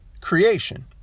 creation